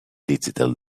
digital